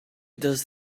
does